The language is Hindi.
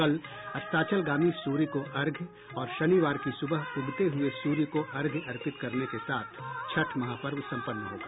कल अस्ताचलगामी सूर्य को अर्घ्य और शनिवार की सुबह उगते हुये सूर्य को अर्घ्य अर्पित करने के साथ छठ महापर्व सम्पन्न होगा